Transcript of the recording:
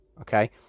okay